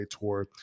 Tour